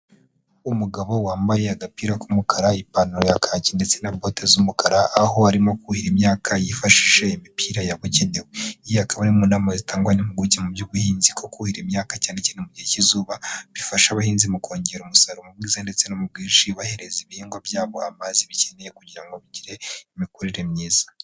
Umugabo wambaye agapira k'umukara, ipantaro ya kaki, ndetse na bote z'umukara, aho arimo kuhira imyaka yifashisha imipira ya bugenewe, iyi akaba ari mu nama zitangwa n'impimpuguke mu by'ubuhinzi ko kuhira imyaka cyane cyane mu gihe cy'izuba bifasha abahinzi mu kongera umusaruro mwiza ndetse no mu bwinshi, bahereza ibihingwa byabo amazi bikeneye kugira ngo bigire imikurire myiza.